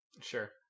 Sure